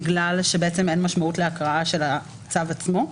בגלל שאין משמעות להקראת הצו עצמו,